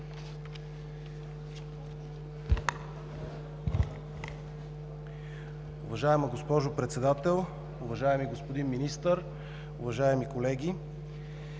Уважаема госпожо Председател, уважаеми господин Министър, уважаеми колеги!